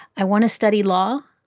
i want to study law.